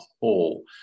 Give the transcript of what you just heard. whole